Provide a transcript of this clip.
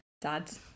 Dad